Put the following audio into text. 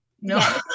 No